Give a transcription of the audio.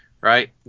right